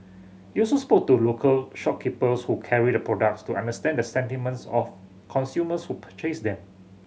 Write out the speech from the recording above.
you also spoke to local shopkeepers who carried the products to understand the sentiments of consumers who purchased them